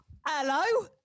Hello